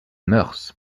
mœurs